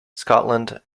scotland